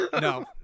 no